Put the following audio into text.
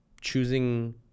choosing